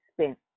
spent